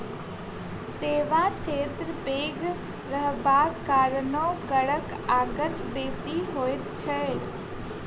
सेवा क्षेत्र पैघ रहबाक कारणेँ करक आगत बेसी होइत छै